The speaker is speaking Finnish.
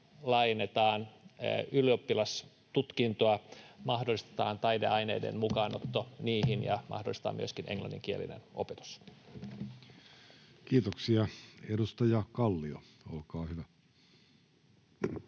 laajennetaan ylioppilastutkintoa, mahdollistetaan taideaineiden mukaanotto niihin ja mahdollistetaan myöskin englanninkielinen opetus. [Speech 132] Speaker: Jussi Halla-aho